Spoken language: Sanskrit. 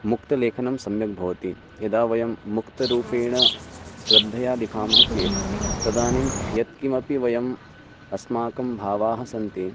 मुक्तलेखनं सम्यक् भवति यदा वयं मुक्तरूपेण श्रद्धया लिखामः चेत् तदानीं यत्किमपि वयम् अस्माकं भावाः सन्ति